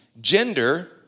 gender